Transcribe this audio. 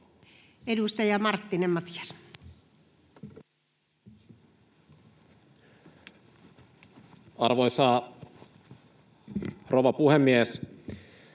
Edustaja Mattila. Arvoisa rouva puhemies!